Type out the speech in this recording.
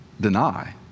deny